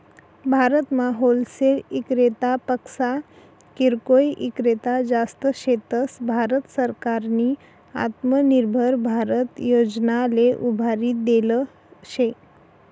भारतमा होलसेल इक्रेतापक्सा किरकोय ईक्रेता जास्त शेतस, भारत सरकारनी आत्मनिर्भर भारत योजनाले उभारी देल शे